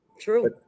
true